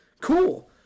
Cool